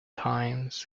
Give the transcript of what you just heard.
times